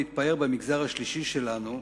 להתפאר במגזר השלישי שלנו,